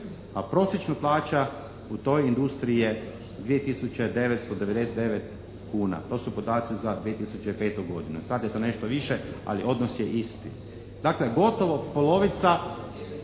a prosječna plaća u toj industriji je 2 tisuće 999 kuna. To su podaci za 2005. godinu. Sad je to nešto više, ali odnos je isti. Dakle, gotovo polovica